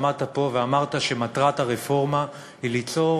עמדת פה ואמרת שמטרת הרפורמה היא ליצור